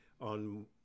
on